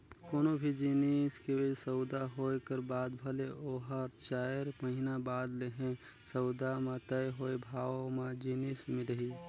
कोनो भी जिनिस के सउदा होए कर बाद भले ओहर चाएर महिना बाद लेहे, सउदा म तय होए भावे म जिनिस मिलही